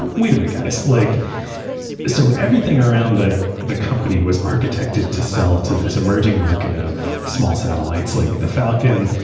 wait a minute guys. like so everything around the the company was architected to sell to the emerging markets of small satellites like the falcon.